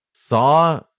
saw